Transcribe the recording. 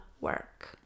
work